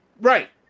Right